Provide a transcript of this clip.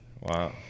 Wow